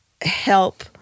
help